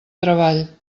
treball